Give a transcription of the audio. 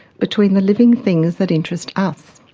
between the living things that interest us.